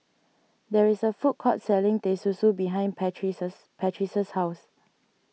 there is a food court selling Teh Susu behind Patrice's Patrice's house